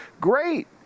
Great